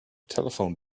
telephone